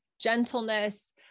gentleness